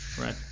Right